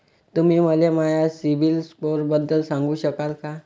तुम्ही मले माया सीबील स्कोअरबद्दल सांगू शकाल का?